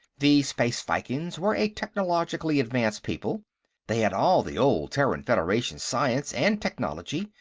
the space vikings were a technologically advanced people they had all the old terran federation science and technology,